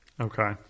Okay